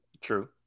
True